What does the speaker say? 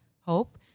hope